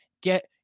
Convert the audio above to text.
get